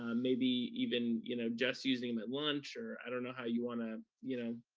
ah maybe even you know just using them at lunch, or i don't know how you wanna, you know,